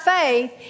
faith